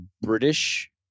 British